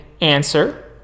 answer